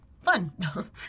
Fun